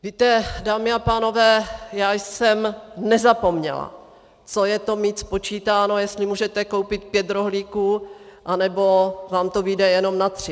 Víte, dámy a pánové, já jsem nezapomněla, co je to mít spočítáno, jestli můžete koupit pět rohlíků, anebo vám to vyjde jenom na tři.